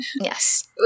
yes